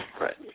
Right